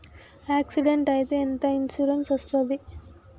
Accident అయితే ఎంత insurance వస్తది?